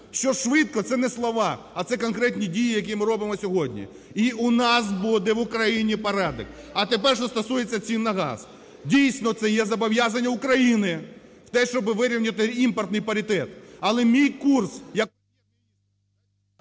що швидко – це не слова, а це конкретні дії, які ми робимо сьогодні. І у нас буде в Україні порядок. А тепер що стосується цін на газ. Дійсно, це є зобов'язання України в те, щоб вирівняти імпортний паритет.